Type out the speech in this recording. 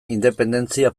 independentzia